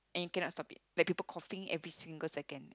and cannot stop it like people coughing every single second